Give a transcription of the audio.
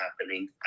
happening